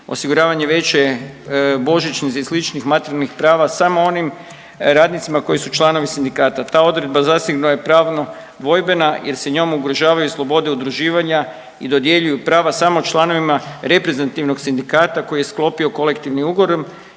osiguravanje veće božićnice i sličnih materijalnih prava samo onim radnicima koji su članovi sindikata. Ta odredba zasigurno je pravno dvojbena jer se njom ugrožavaju slobode udruživanja i dodjeljuju prava samo članovima reprezentativnog sindikata koji je sklopio kolektivnim ugovorom